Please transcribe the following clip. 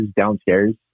downstairs